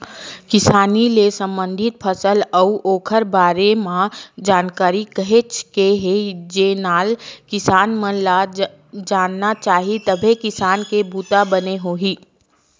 किसानी ले संबंधित फसल अउ ओखर बारे म जानकारी काहेच के हे जेनला किसान मन ल जानना चाही तभे किसानी के बूता बने होही